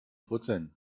prozent